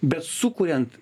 bet sukuriant